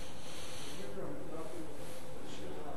להעביר את הנושא לוועדת החוץ והביטחון נתקבלה.